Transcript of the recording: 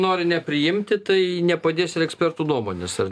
nori nepriimti tai nepadės ir ekspertų nuomonės ar